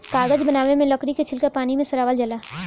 कागज बनावे मे लकड़ी के छीलका पानी मे सड़ावल जाला